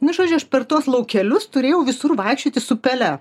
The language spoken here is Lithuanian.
nu žodžiu aš per tuos laukelius turėjau visur vaikščioti su pele